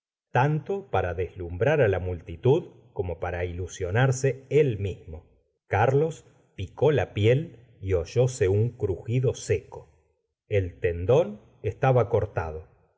tanta para d slumbrar á la multitud como para ilusionarse él mismo carlos picó la piel y oyóse un crugido seco el tendón estaba cortado